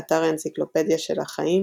באתר האנציקלופדיה של החיים